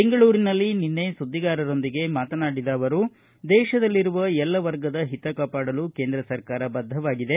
ಬೆಂಗಳೂರಿನಲ್ಲಿ ನಿನ್ನೆ ಸುದ್ದಿಗಾರರೊಂದಿಗೆ ಮಾತನಾಡಿದ ಅವರು ದೇಶದಲ್ಲಿರುವ ಎಲ್ಲ ವರ್ಗದ ಹಿತ ಕಾಪಾಡಲು ಕೇಂದ್ರ ಸರ್ಕಾರ ಬದ್ಧವಾಗಿದೆ